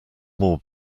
more